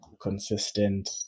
Consistent